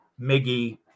Miggy